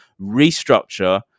restructure